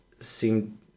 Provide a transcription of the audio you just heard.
seem